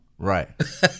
Right